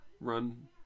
Run